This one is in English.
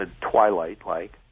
twilight-like